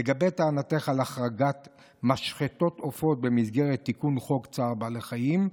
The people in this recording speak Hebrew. לגבי טענתך על החרגת משחטות עופות במסגרת תיקון חוק צער בעלי חיים,